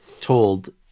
told